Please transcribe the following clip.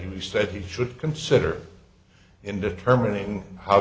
said he should consider in determining how